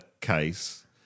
case